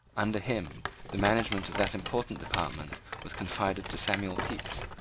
under him the management of that important department was confided to samuel pepys,